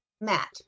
Matt